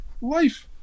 life